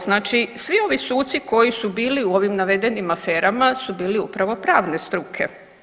Znači svi ovi suci koji su bili u ovim navedenim aferama su bili upravo pravne struke.